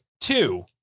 Two